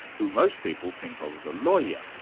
who most people think of as a lawyer,